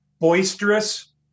boisterous